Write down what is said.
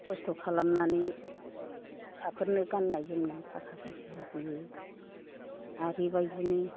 खस्थ' खालामनानै फिसाफोरनो गाननाय जोमननाय थाखा फैसा होयो आरो बेबायदिनो